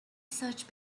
search